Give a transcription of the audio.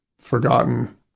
forgotten